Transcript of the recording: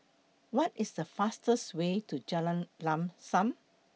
What IS The fastest Way to Jalan Lam SAM